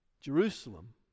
Jerusalem